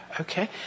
Okay